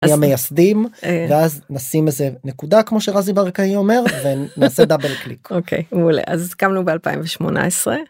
מייסדים, ואז נשים איזה נקודה כמו שרזי ברקאי אומר, ונעשה דאבל קליק. -אוקיי, מעולה. אז קמנו ב-2018.